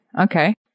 Okay